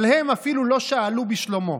אבל הם אפילו לא שאלו בשלומו.